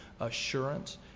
assurance